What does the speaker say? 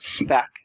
back